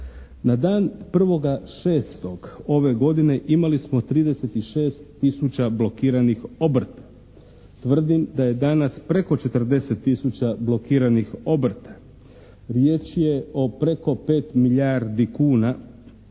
Na dan 1.6. ove godine imali smo 36000 blokiranih obrta. Tvrdim da je danas preko 40000 blokiranih obrta. Riječ je o preko 5 milijardi kuna